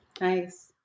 Nice